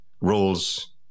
rules